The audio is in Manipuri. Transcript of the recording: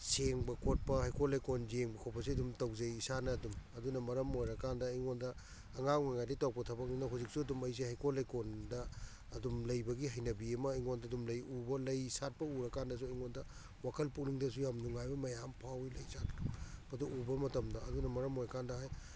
ꯁꯦꯡꯕ ꯈꯣꯠꯄ ꯍꯩꯀꯣꯜ ꯂꯩꯀꯣꯜ ꯌꯦꯡꯕ ꯈꯣꯠꯄꯁꯤ ꯑꯗꯨꯝ ꯇꯧꯖꯩ ꯏꯁꯥꯅ ꯑꯗꯨꯝ ꯑꯗꯨꯅ ꯃꯔꯝ ꯑꯣꯏꯔꯀꯥꯟꯗ ꯑꯩꯉꯣꯟꯗ ꯑꯉꯥꯡ ꯑꯣꯏꯔꯤꯉꯩꯗꯒꯤ ꯇꯧꯔꯛꯄ ꯊꯕꯛꯅꯤꯅ ꯍꯧꯖꯤꯛꯁꯨ ꯑꯗꯨꯝ ꯑꯩꯁꯦ ꯍꯩꯀꯣꯜ ꯂꯩꯀꯣꯜꯗ ꯑꯗꯨꯝ ꯂꯩꯕꯒꯤ ꯍꯩꯅꯕꯤ ꯑꯃ ꯑꯩꯉꯣꯟꯗ ꯑꯗꯨꯝ ꯂꯩ ꯎꯕ ꯂꯩ ꯁꯥꯠꯄ ꯎꯔꯀꯥꯟꯗꯁꯨ ꯑꯩꯉꯣꯟꯗ ꯋꯥꯈꯜ ꯄꯨꯛꯅꯤꯡꯗꯁꯨ ꯌꯥꯝꯅ ꯅꯨꯡꯉꯥꯏꯕ ꯃꯌꯥꯝ ꯐꯥꯎꯏ ꯂꯩ ꯁꯥꯠꯄꯗꯨ ꯎꯕ ꯃꯇꯝꯗ ꯑꯗꯨꯅ ꯃꯔꯝ ꯑꯣꯏꯔꯀꯥꯟꯗ